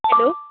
hello